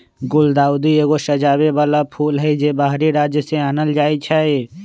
गुलदाऊदी एगो सजाबे बला फूल हई, जे बाहरी राज्य से आनल जाइ छै